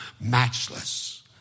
matchless